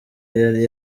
yari